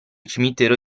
cimitero